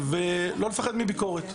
ולא לפחד מביקורת.